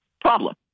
Problem